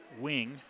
wing